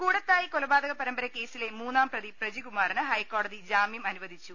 കൂടത്തായ് കൊലപാതക പരമ്പരക്കേസിലെ മൂന്നാം പ്രതി പ്രജികുമാറിന് ഹൈക്കോടതി ജാമ്യം അനുവദിച്ചു